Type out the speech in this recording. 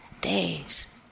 days